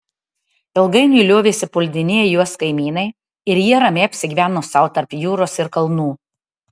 ilgainiui liovėsi puldinėję juos kaimynai ir jie ramiai apsigyveno sau tarp jūros ir kalnų